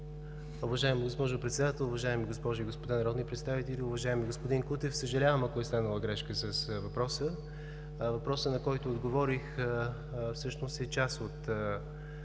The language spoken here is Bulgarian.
Уважаема госпожо Председател, уважаеми госпожи и господа народни представители! Уважаеми господин Кутев, съжалявам, ако е станала грешка с въпроса. Въпросът, на който отговорих, всъщност е част от